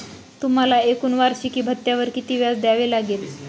तुम्हाला एकूण वार्षिकी भत्त्यावर किती व्याज द्यावे लागले